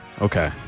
Okay